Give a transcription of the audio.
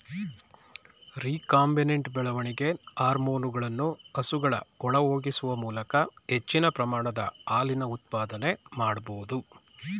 recombinant ಬೆಳವಣಿಗೆ ಹಾರ್ಮೋನುಗಳನ್ನು ಹಸುಗಳ ಒಳಹೊಗಿಸುವ ಮೂಲಕ ಹೆಚ್ಚಿನ ಪ್ರಮಾಣದ ಹಾಲಿನ ಉತ್ಪಾದನೆ ಮಾಡ್ಬೋದು